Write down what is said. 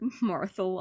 Martha